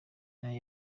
nayo